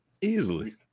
Easily